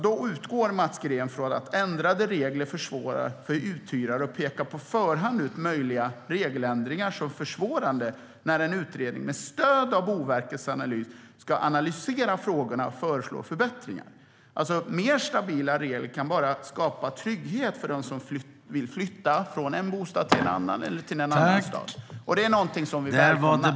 Då utgår Mats Green från att ändrade regler försvårar för uthyrare och pekar på förhand ut möjliga regeländringar som försvårande när en utredning med stöd av Boverkets analys ska analysera frågorna och föreslå förbättringar. Mer stabila regler kan bara skapa trygghet för dem som vill flytta från en bostad till en annan eller till en annan stad. Det är någonting som vi välkomnar.